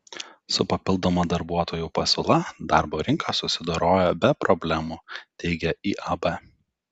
su papildoma darbuotojų pasiūla darbo rinka susidorojo be problemų teigia iab